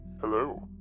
Hello